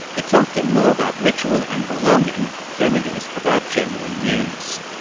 it's often more about ritual and belonging than it is about genuine news.